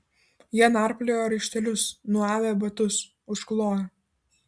jie narpliojo raištelius nuavę batus užklojo